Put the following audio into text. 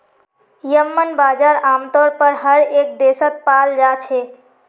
येम्मन बजार आमतौर पर हर एक देशत पाल जा छे